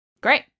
Great